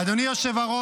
אדוני היושב-ראש,